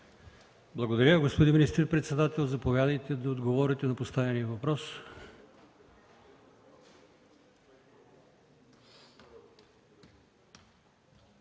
Благодаря. Господин министър-председател, заповядайте да отговорите на поставения въпрос.